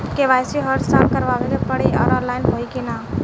KYC हर साल करवावे के पड़ी और ऑनलाइन होई की ना?